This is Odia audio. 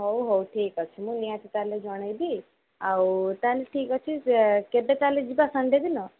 ହଉ ହଉ ଠିକ୍ ଅଛି ମୁଁ ନିହାତି ତା'ହେଲେ ଜଣାଇବି ଆଉ ତା'ହେଲେ ଠିକ୍ ଅଛି ସେ କେବେ ତା'ହେଲେ ଯିବା ସନ୍ଡ଼େ ଦିନ